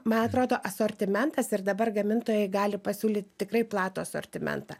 man atrodo asortimentas ir dabar gamintojai gali pasiūlyti tikrai platų asortimentą